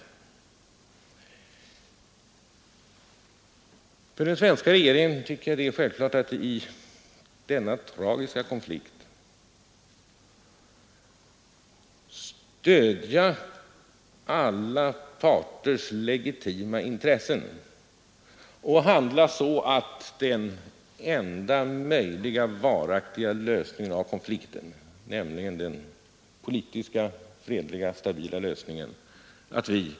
För den svenska regeringen är det självklart att i denna tragiska konflikt stödja alla parters legitima intressen och lämna de bidrag vi kan till den enda möjliga varaktiga lösningen av konflikten, nämligen den politiska, fredliga, stabila lösningen.